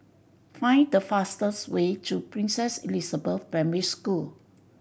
find the fastest way to Princess Elizabeth Primary School